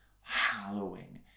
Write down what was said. hallowing